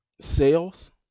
sales